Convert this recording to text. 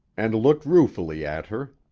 and looked ruefully at her.